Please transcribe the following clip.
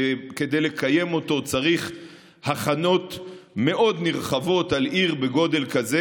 שכדי לקיים אותו צריך הנחיות נרחבות מאוד על עיר בגודל כזה.